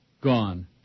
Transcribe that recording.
gone